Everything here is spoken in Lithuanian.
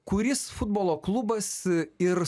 kuris futbolo klubas ir